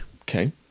Okay